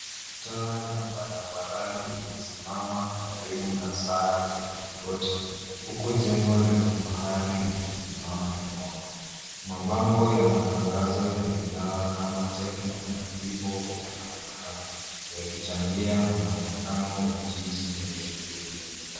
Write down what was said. Taa ya barabarani imesimama karibu na saa ya mlingoti huku jengo la kifahari likisimama nyuma. Mabango ya matangazo ya bidhaa kama Tecno na Vivo yanaonekana yakichangia muonekano wa jiji lenye shughuli nyingi.